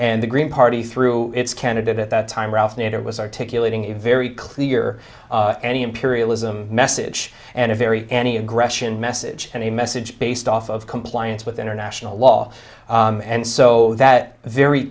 and the green party through its candidate at that time ralph nader was articulating a very clear any imperialism message and a very any aggression message and a message based off of compliance with international law and so that a very